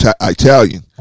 Italian